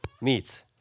meet